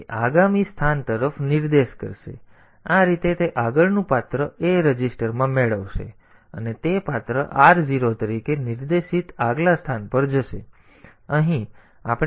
તેથી આ રીતે તે આગળનું પાત્ર A રજિસ્ટરમાં મેળવશે અને તે પાત્ર r0 તરીકે નિર્દેશિત આગલા સ્થાન પર જશે